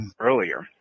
earlier